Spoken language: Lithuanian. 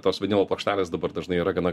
tos vinilo plokštelės dabar dažnai yra gana